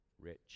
rich